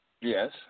Yes